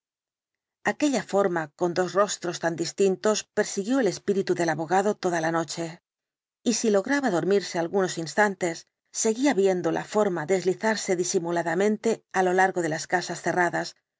aquella forma con dos rostros tan distintos per el dr jekyll siguió el espíritu del abogado toda la noche y si lograba dormirse algunos instantes seguía viendo la forma deslizarse disimuladamente á lo largo de las casas cerradas